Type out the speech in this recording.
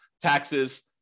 taxes